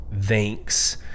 thanks